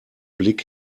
blick